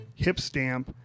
Hipstamp